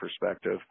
perspective